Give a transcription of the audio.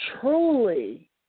Truly